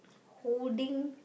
holding